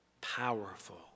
powerful